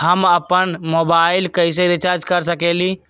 हम अपन मोबाइल कैसे रिचार्ज कर सकेली?